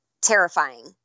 terrifying